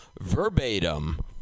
verbatim